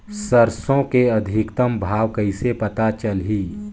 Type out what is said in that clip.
सरसो के अधिकतम भाव कइसे पता चलही?